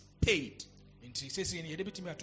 paid